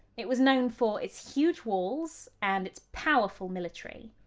it was known for its huge walls and its powerful military.